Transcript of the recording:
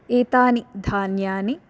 एतानि धान्यानि